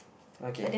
okay